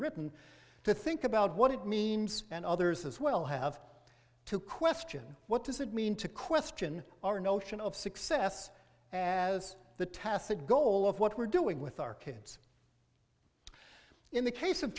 written to think about what it means and others as well have to question what does it mean to question our notion of success as the tacit goal of what we're doing with our kids in the case of